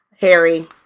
Harry